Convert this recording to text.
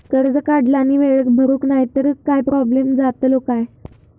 कर्ज काढला आणि वेळेत भरुक नाय तर काय प्रोब्लेम जातलो काय?